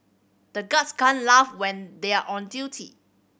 the guards can't laugh when they are on duty